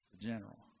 general